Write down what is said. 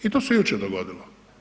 I to se jučer dogodilo.